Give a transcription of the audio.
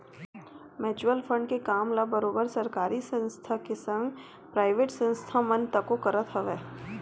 mutual fund के काम ल बरोबर सरकारी संस्था के संग पराइवेट संस्था मन तको करत हवय